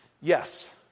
Yes